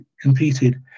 competed